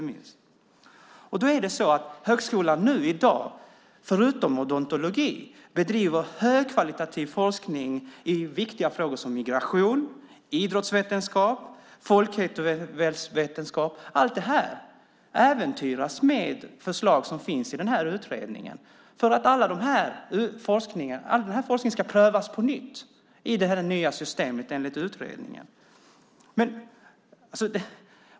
Förutom odontologi bedriver högskolan i dag högkvalitativ forskning i viktiga frågor som migration, idrottsvetenskap och folkhälsovetenskap. Allt det äventyras i och med de förslag som finns i utredningen. All denna forskning ska prövas på nytt enligt det nya systemet som föreslås i utredningen.